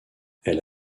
elle